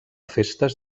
festes